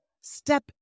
Step